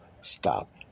stop